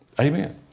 Amen